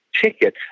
ticket